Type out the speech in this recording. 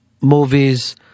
movies